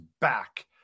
back